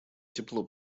тепло